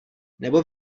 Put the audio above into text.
nebo